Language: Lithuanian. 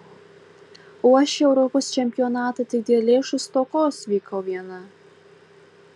o aš į europos čempionatą tik dėl lėšų stokos vykau viena